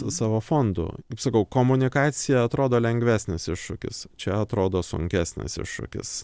savo fondų kaip sakau komunikacija atrodo lengvesnis iššūkis čia atrodo sunkesnis iššūkis